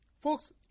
Folks